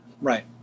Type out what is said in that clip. right